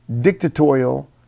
dictatorial